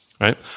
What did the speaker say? right